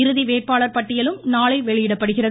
இறுதி வேட்பாளர் பட்டியலும் நாளை வெளியிடப்படுகிறது